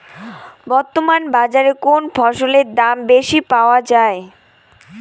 বর্তমান বাজারে কোন ফসলের দাম বেশি পাওয়া য়ায়?